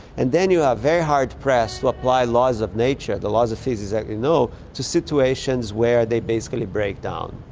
and then you are very hard-pressed to apply laws of nature, the laws of physics that we know, to situations where they basically break down.